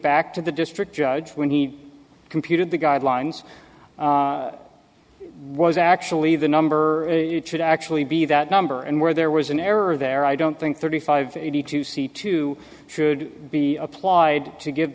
back to the district judge when he computed the guidelines it was actually the number should actually be that number and where there was an error there i don't think thirty five eighty two c two should be applied to give